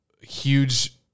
huge